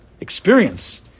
Experience